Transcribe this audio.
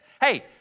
Hey